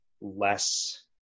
less